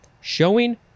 showing